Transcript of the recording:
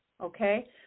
okay